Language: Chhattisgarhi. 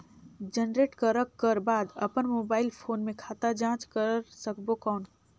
जनरेट करक कर बाद अपन मोबाइल फोन मे खाता जांच कर सकबो कौन?